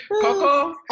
Coco